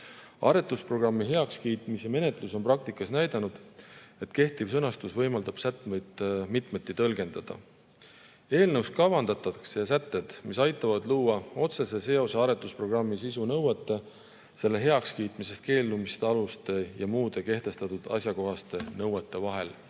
Aretusprogrammi heakskiitmise menetlus on praktikas näidanud, et kehtiv sõnastus võimaldab sätteid mitmeti tõlgendada. Eelnõus kavandatakse sätted, mis aitavad luua otsese seose aretusprogrammi sisu nõuete, selle heakskiitmisest keeldumise aluste ja muude kehtestatud asjakohaste nõuete vahel.